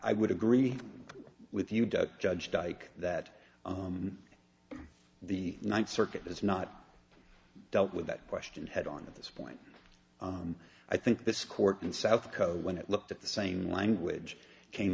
i would agree with you would judge dyke that the ninth circuit is not dealt with that question head on at this point i think this court in south code when it looked at the same language came